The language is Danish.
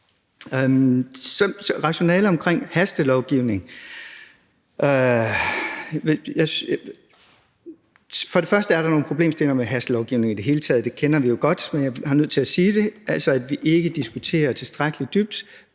rationalet omkring hastelovgivning er der for det første nogle problemstillinger med hastelovgivning i det hele taget. Det kender vi jo godt, men jeg bliver nødt til at sige det. Altså, vi diskuterer ikke tilstrækkeligt dybt: